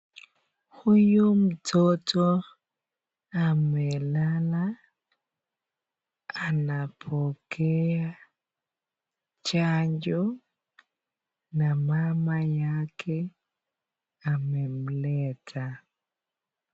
Huyu mtoto amelala anapokea chanjo na mama yake anamemleta.